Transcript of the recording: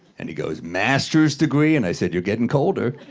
and he goes, masters degree? and i said, you're getting colder.